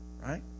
Right